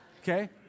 Okay